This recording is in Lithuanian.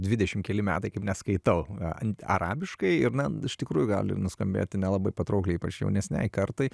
dvidešimt keli metai kaip neskaitau a arabiškai ir na iš tikrųjų gali nuskambėti nelabai patraukliai ypač jaunesnei kartai